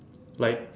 like